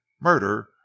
Murder